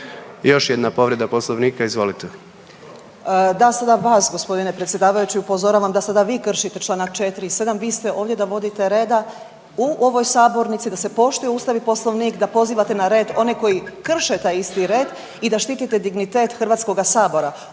Karolina (Nezavisni)** Da, sada vas g. predsjedavajući upozoravam da sada vi kršite čl. 4. i 7., vi ste ovdje da vodite reda u ovoj sabornici da se poštuje Ustav i Poslovnik, da pozivate na red one koji krše taj isti red i da štitite dignitet HS-a. Umjesto